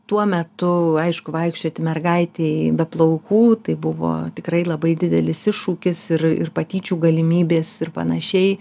tuo metu aišku vaikščioti mergaitei be plaukų tai buvo tikrai labai didelis iššūkis ir ir patyčių galimybės ir panašiai